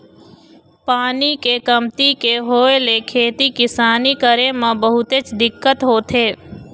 पानी के कमती के होय ले खेती किसानी करे म बहुतेच दिक्कत होथे